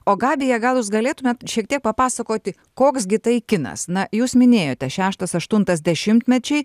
o gabija gal jūs galėtumėt šiek tiek papasakoti koks gi tai kinas na jūs minėjote šeštas aštuntas dešimtmečiai